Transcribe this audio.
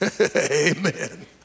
Amen